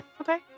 Okay